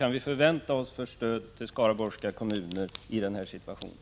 Min fråga kvarstår: Vilket stöd till skaraborgska kommuner kan vi förvänta oss i den här situationen?